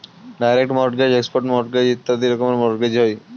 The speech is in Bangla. ডাইরেক্ট মর্টগেজ, এক্সপার্ট মর্টগেজ ইত্যাদি রকমের মর্টগেজ হয়